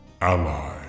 ally